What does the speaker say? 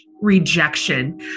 rejection